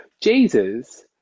Jesus